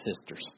sisters